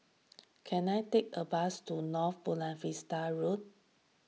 can I take a bus to North Buona Vista Road